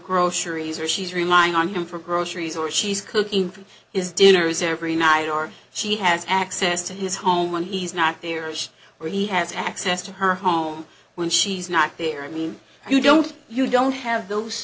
groceries or she's relying on him for groceries or she's cooking for his dinners every night or she has access to his home when he's not there is where he has access to her home when she's not there i mean you don't you don't have